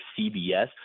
CBS